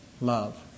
love